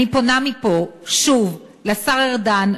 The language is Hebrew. אני פונה מפה שוב לשר ארדן,